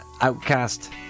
Outcast